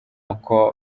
uko